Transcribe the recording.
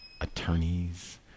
attorneys